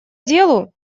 делу